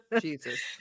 Jesus